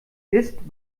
ist